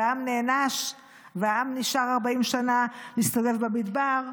העם נענש והעם נשאר 40 שנה להסתובב במדבר,